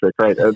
right